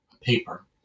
paper